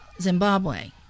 Zimbabwe